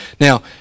Now